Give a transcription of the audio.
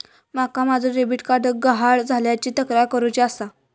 माका माझो debit card गहाळ झाल्याची तक्रार करुची आसा